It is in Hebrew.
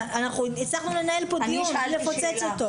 אנחנו הצלחנו לנהל פה דיון בלי לפוצץ אותו.